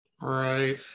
Right